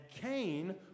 Cain